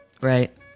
Right